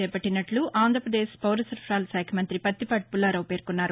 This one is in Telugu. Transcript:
చేపట్టినట్లు ఆంధ్రప్రదేశ్ పౌర సరఫరాల శాఖ మంత్రి ప్రత్తిపాటి పుల్లారావు పేర్కొన్నారు